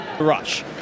Rush